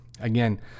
Again